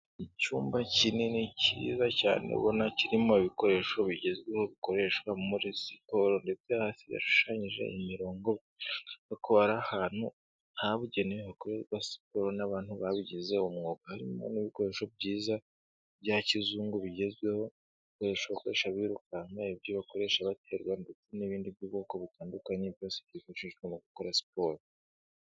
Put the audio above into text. Icyumba kinini cyiza cyane ubona kirimo ibikoresho bigezweho bikoreshwa muri siporo, ndetse hasi hashushanyije imirongo, hakaba ari ahantu habugenewe hakorerwa siporo n'abantu babigize umwuga, harimo n'ibikoresho byiza bya kizungu bigezweho, ibikoresho bakoresha birukanka, ibyo bakoresha baterura, ndetse n'ibindi by'ubwoko butandukanye byose bwifashishwa mu gukora siporo.